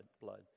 blood